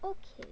okay